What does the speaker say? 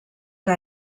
que